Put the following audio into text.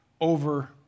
over